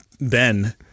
Ben